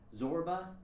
Zorba